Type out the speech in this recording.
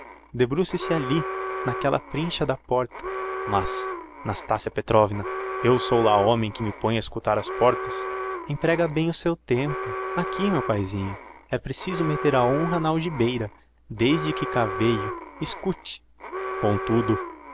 se ali n'aquella frincha da porta mas nastassia petrovna eu sou lá homem que me ponha a escutar ás portas emprega bem o seu tempo aqui meu paezinho é preciso metter a honra na algibeira desde que cá veiu escute comtudo